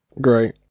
Great